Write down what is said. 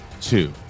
two